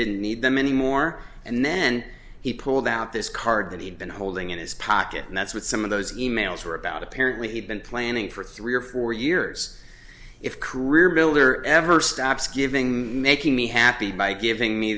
didn't need them anymore and then he pulled out this card that he'd been holding in his pocket and that's what some of those e mails were about apparently been planning for three or four years if career builder ever stops giving making me happy by giving me